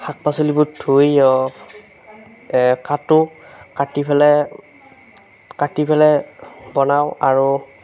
শাক পাচলিবোৰ ধুই কাটো কাটি পেলাই কাটি পেলাই বনাওঁ আৰু